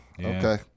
Okay